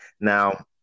Now